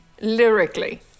lyrically